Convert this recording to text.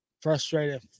frustrated